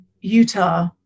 Utah